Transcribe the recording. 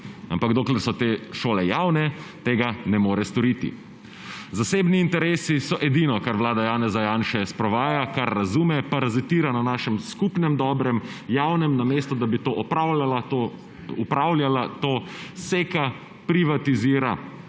Ampak dokler so te šole javne, tega ne more storiti. Zasebni interesi so edino, kar vlada Janeza Janše sprovaja, kar razume. Parazitira na našem skupnem dobrem javnem, namesto da bi to upravljala, to seka, privatizira